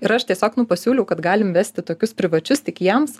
ir aš tiesiog nu pasiūliau kad galim vesti tokius privačius tik jiems